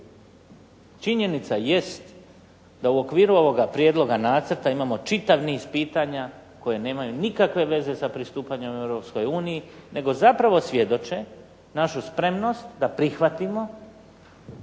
činjenica jest da u okviru ovoga prijedloga nacrta imamo čitav niz pitanja koja nemaju nikakve veze sa pristupanjem Europskoj uniji, nego zapravo svjedoče našu spremnost da prihvatimo